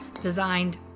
designed